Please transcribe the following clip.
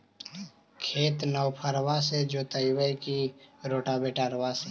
खेत नौफरबा से जोतइबै की रोटावेटर से?